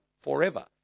forever